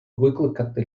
викликати